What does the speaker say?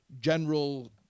general